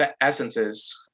essences